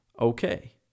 okay